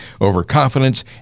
overconfidence